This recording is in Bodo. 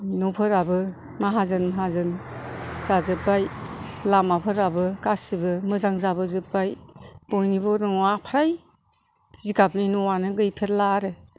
न'फोराबो माहाजोन माहाजोन जाजोब्बाय लामाफोराबो गासिबो मोजां जाबो जोबबाय बयनिबो न'आ फ्राय जिगाबनि न'आनो गैफेरला आरो